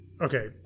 Okay